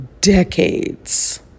decades